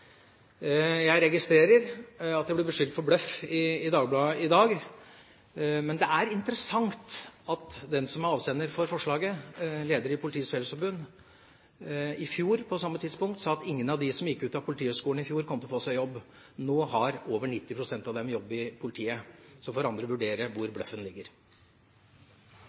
Jeg registrerer at jeg blir beskyldt for bløff i Dagbladet i dag, men det er interessant at den som er avsender av utsagnet, lederen i Politiets Fellesforbund, i fjor på samme tidspunkt sa at ingen av dem som gikk ut av Politihøgskolen i fjor, kom til å få seg jobb. Nå har over 90 pst. av dem jobb i politiet. Så får andre vurdere hvor bløffen ligger.